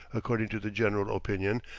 according to the general opinion,